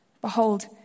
Behold